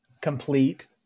complete